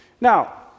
Now